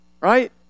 Right